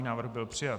Návrh byl přijat.